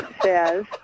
says